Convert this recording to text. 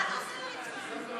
הוא נמצא באולם.